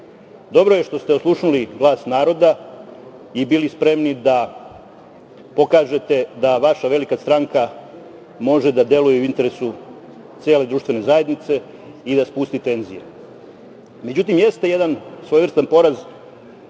Dobro je što ste oslušnuli glas naroda i bili spremni da pokažete da vaša velika stranka može da deluje u interesu cele društvene zajednice i da spusti tenzije.Međutim, jeste jedan svojevrstan poraz